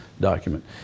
document